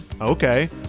okay